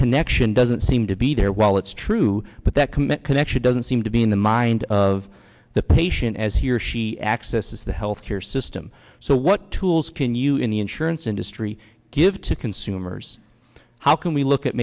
connection doesn't seem to be there while it's true but that comment connection doesn't seem to be in the mind of the patient as he or she accesses the health care system so what tools can you in the insurance industry give to consumers how can we look at